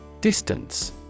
Distance